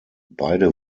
beide